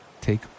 Take